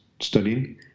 studying